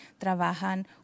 trabajan